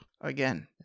again